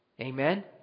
Amen